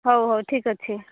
ହଉ ହଉ ଠିକ ଅଛି